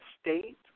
state